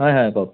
হয় হয় কওক